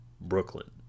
Brooklyn